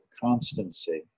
constancy